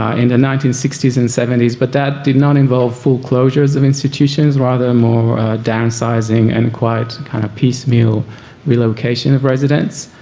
and nineteen sixty s and seventy s but that did not involve full closures of institutions, rather more downsizing and quite kind of piecemeal relocation of residents.